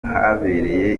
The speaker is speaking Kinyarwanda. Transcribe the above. habereye